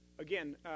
Again